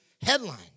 headline